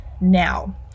now